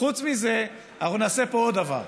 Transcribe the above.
חוץ מזה אנחנו נעשה פה עוד דבר: